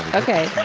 ok.